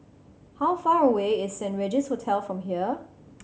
how far away is Saint Regis Hotel from here